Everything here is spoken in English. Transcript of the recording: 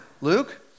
Luke